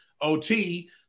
OT